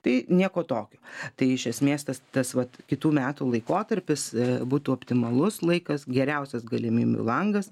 tai nieko tokio tai iš esmės tas tas vat kitų metų laikotarpis būtų optimalus laikas geriausias galimybių langas